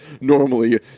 normally